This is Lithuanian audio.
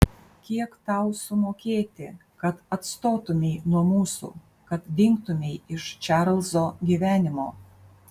kiek tau sumokėti kad atstotumei nuo mūsų kad dingtumei iš čarlzo gyvenimo